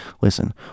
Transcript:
listen